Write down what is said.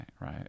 right